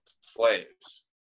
slaves